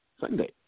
Sunday